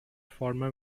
former